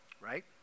right